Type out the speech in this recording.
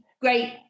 great